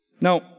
Now